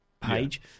page